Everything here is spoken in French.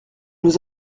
nous